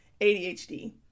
ADHD